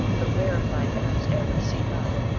the rarefied erentz air would seep out.